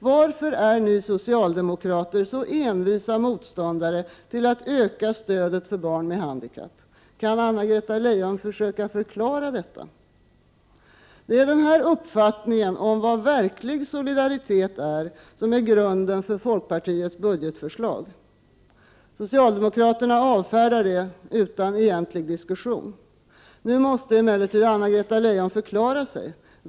Varför är ni socialdemokrater så envisa motståndare till att Det är denna uppfattning om vad verklig solidaritet är som är grunden för folkpartiets budgetförslag. Socialdemokraterna avfärdar det utan egentlig diskussion. Nu måste emellertid Anna-Greta Leijon förklara sig.